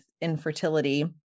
infertility